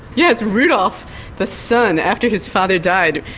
yes, rudolf the son, after his father died,